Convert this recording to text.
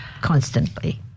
constantly